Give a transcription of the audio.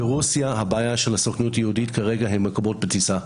ברוסיה הבעיה של הסוכנות היהודית כרגע זה מקומות בטיסה.